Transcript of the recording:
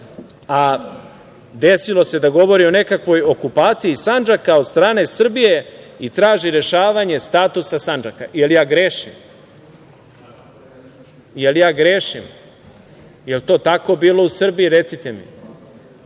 a desilo se da govori o nekakvoj okupaciji Sandžaka od strane Srbije i traži rešavanje statusa Sandžaka. Jel ja grešim? Jel to tako bilo u Srbiji? Recite mi. Da